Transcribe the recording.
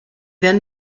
then